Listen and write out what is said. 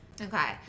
Okay